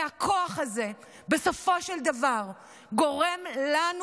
והכוח הזה בסופו של דבר גורם לנו,